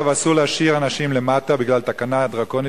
וצריך לנצל את האירוע הזה כדי לשים לב לשאלה מה היה קורה